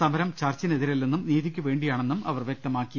സമരം ചർച്ചിനെതിരല്ലെന്നും നീതിക്കുവേണ്ടിയാണെന്നും അവർ വൃക്തമാക്കി